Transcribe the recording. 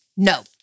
No